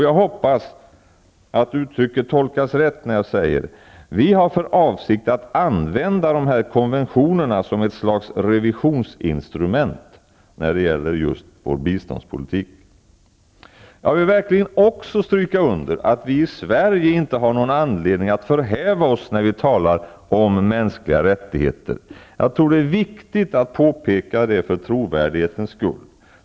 Jag hoppas att uttrycket tolkas rätt när jag säger: Vi har för avsikt att använda de konventionerna som ett slags revisionsinstrument när det gäller just vår biståndspolitik. Jag vill verkligen också stryka under att vi i Sverige inte har någon anledning att förhäva oss när vi talar om mänskliga rättigheter. Det är viktigt, tror jag, att påpeka det för trovärdighetens skull.